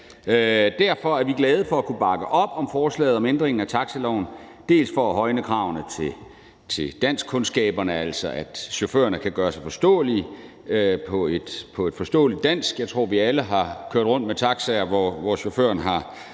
Derfor er vi glade for at kunne bakke op om forslaget om ændringen af taxaloven. Det gælder bl.a. det at højne kravene til danskkundskaberne, altså at chaufførerne skal kunne gøre sig forståelige på dansk. Jeg tror, at vi alle har kørt rundt i taxaer, hvor chaufføren har